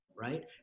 right